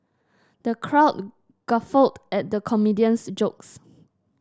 the crowd guffawed at the comedian's jokes